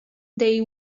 they